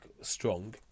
strong